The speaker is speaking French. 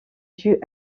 dues